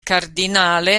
cardinale